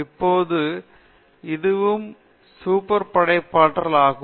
இப்போது இதுவும் இதுவும் சூப்பர் படைப்பாற்றல் ஆகும்